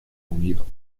unido